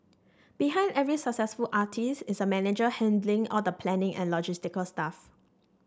behind every successful artist is a manager handling all the planning and logistical stuff